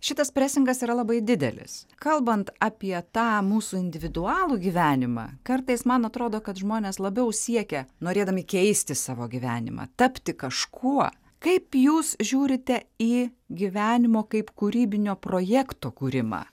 šitas presingas yra labai didelis kalbant apie tą mūsų individualų gyvenimą kartais man atrodo kad žmonės labiau siekia norėdami keisti savo gyvenimą tapti kažkuo kaip jūs žiūrite į gyvenimo kaip kūrybinio projekto kūrimą